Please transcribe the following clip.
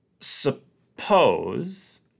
Suppose